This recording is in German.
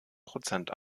prozent